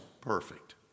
perfect